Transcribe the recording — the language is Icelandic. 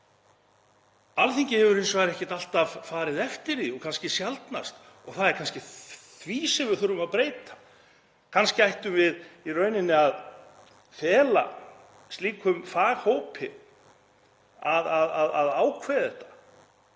Alþingi hefur hins vegar ekki alltaf farið eftir því og kannski sjaldnast og það er kannski það sem við þurfum að breyta. Kannski ættum við að fela slíkum faghópi að ákveða þetta